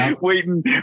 waiting